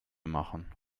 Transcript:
machen